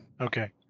Okay